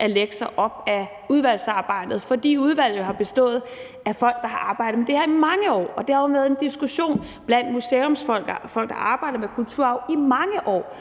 at lægge sig op ad udvalgsarbejdet, fordi udvalget har bestået af folk, der har arbejdet med det her i mange år. Det har været en diskussion blandt museumsfolk, der arbejder med kulturarv, i mange år,